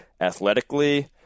Athletically